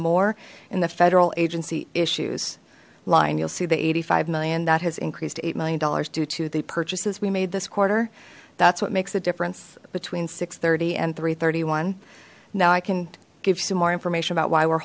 more in the federal agency issues line you'll see the eighty five million that has increased eight million dollars due to the purchases we made this quarter that's what makes a difference between six thirty and three hundred and thirty one now i can give you some more information about why we're